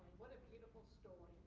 beautiful story.